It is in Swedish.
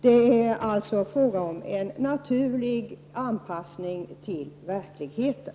Det är alltså fråga om en naturlig anpassning till verkligheten.